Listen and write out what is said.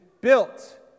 built